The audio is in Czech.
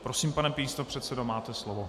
Prosím, pane místopředsedo, máte slovo.